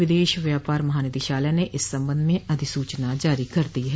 विदेश व्यापार महानिदेशालय ने इस संबंध में अधिसूचना जारी कर दी है